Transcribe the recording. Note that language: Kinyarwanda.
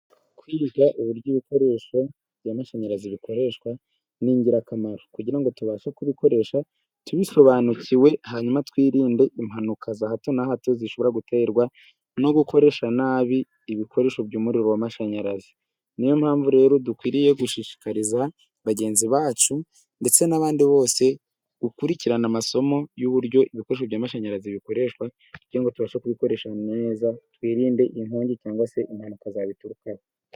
Kwiga uburyo ibikoresho by'amashanyarazi bikoreshwa ni ingirakamaro, kugirango ngo tubashe kubikoresha tubisobanukiwe hanyuma twirinde impanuka za hato na hato zishobora guterwa no gukoresha nabi ibikoresho uwo amashanyarazi, niyo mpamvu rero dukwiriye gushishikariza bagenzi bacu ndetse n'abandi bose gukurikirana amasomo y'uburyo ibikoresho by'amashanyarazi bikoreshwa, kugirango ngo tubashe kubikoresha neza twirinde inkongi cyangwa se impanuka zabiturukaho.